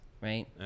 right